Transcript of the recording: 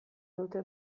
dute